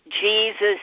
Jesus